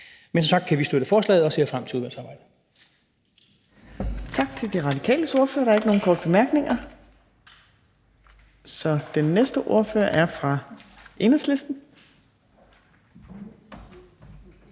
Men som sagt kan vi støtte forslaget og ser frem til udvalgsarbejdet.